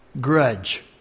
grudge